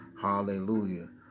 hallelujah